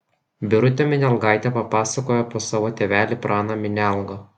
birutė minialgaitė papasakojo apie savo tėvelį praną minialgą